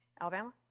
Alabama